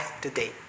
today